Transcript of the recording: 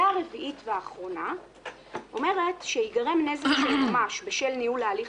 והעילה הרביעית והאחרונה אומרת שייגרם נזק של ממש בשל ניהול ההליך